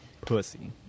pussy